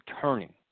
turning